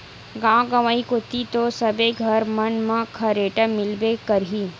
गाँव गंवई कोती तो सबे घर मन म खरेटा मिलबे करही